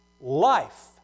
life